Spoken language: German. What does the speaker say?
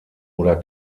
oder